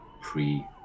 pre